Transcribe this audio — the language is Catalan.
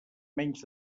menys